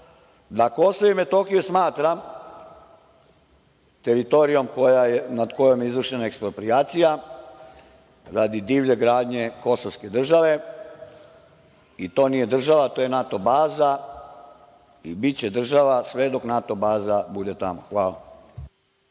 da KiM smatra teritorijom nad kojom je izvršena eksproprijacija radi divlje gradnje kosovske države i to nije država, to je NATO baza i biće država sve dok NATO baza bude tamo. Hvala.